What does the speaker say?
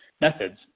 methods